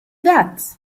that